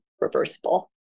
reversible